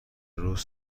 روز